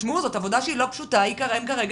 זו עבודה שהיא לא פשוטה הם צריכים